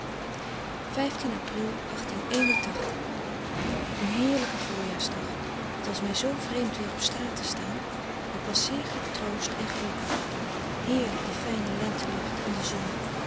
een heerlijke voorjaarsdag het was mij zoo vreemd weer op straat te staan maar ik was zeer getroost en gelukkig heerlijk die fijne lentelucht en de zon